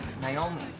Naomi